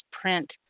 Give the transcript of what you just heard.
print